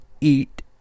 eat